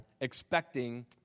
expecting